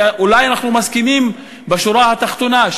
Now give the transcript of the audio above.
ואולי אנחנו מסכימים בשורה התחתונה,